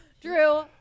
Drew